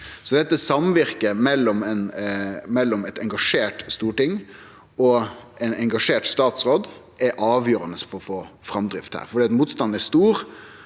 borti. Samvirket mellom eit engasjert storting og ein engasjert statsråd er avgjerande for å få framdrift, for